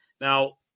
Now